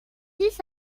dix